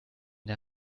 der